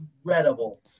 Incredible